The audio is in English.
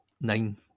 nine